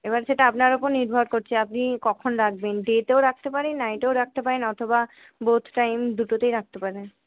এবার সেটা আপনার ওপর নির্ভর করছে আপনি কখন রাখবেন ডেতেও রাখতে পারেন নাইটেও রাখতে পারেন অথবা বোথ টাইম দুটোতেই রাখতে পারেন